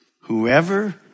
Whoever